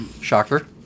Shocker